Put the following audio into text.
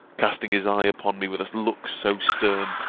casting his eye upon me with a look so stern,